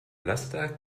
laster